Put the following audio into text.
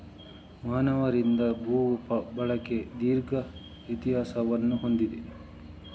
ಮಾನವರಿಂದ ಭೂ ಬಳಕೆ ದೀರ್ಘ ಇತಿಹಾಸವನ್ನು ಹೊಂದಿದೆ